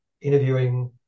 interviewing